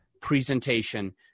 presentation